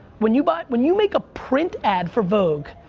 when you but when you make a print ad for vogue,